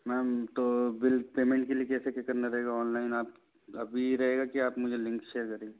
ma'am तो bill payment के लिए कैसे क्या करना रहेगा ऑनलाइन आप अभी रहेगा कि आप मुझे लिंक शेयर करेंगे